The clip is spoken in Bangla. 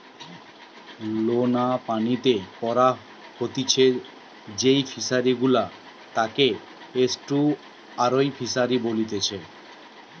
লোনা পানিতে করা হতিছে যেই ফিশারি গুলা তাকে এস্টুয়ারই ফিসারী বলেতিচ্ছে